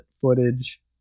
footage